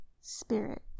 spirit